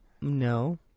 No